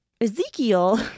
Ezekiel